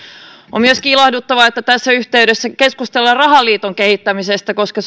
on myöskin ilahduttavaa että tässä yhteydessä keskustellaan rahaliiton kehittämisestä koska